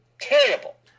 Terrible